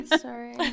Sorry